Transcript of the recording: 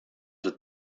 the